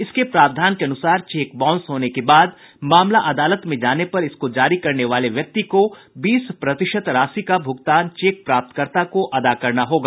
इसके प्रावधान के अनुसार चेक बाउंस होने के बाद मामला अदालत में जाने पर इसको जारी करने वाले व्यक्ति को बीस प्रतिशत राशि का भुगतान चेक प्राप्तकर्ता को अदा करना होगा